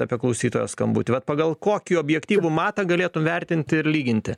apie klausytojo skambutį vat pagal kokį objektyvų matą galėtų vertinti ir lyginti